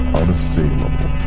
unassailable